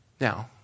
Now